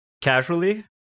casually